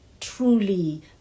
truly